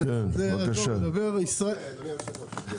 שוק חופשי,